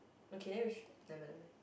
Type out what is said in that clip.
okay then we should never mind never mind